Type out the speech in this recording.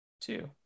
two